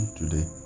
today